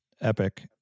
epic